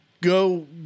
go